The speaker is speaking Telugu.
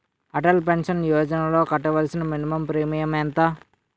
అటల్ పెన్షన్ యోజనలో కట్టవలసిన మినిమం ప్రీమియం ఎంత?